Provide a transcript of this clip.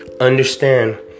understand